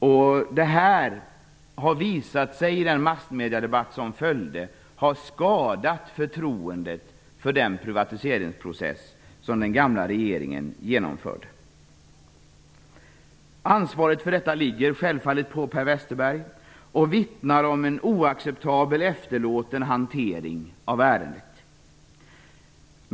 I den massmediedebatt som följde har det visat sig att detta har skadat förtroendet för den privatiseringsprocess som den gamla regeringen genomförde. Ansvaret för detta ligger självfallet på Per Westerberg. Det vittnar om en oacceptabelt efterlåten hantering av ärendet.